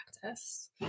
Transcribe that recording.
practice